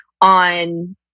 on